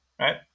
right